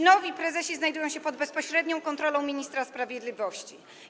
Nowi prezesi znajdują się pod bezpośrednią kontrolą ministra sprawiedliwości.